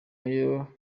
ayo